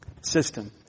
system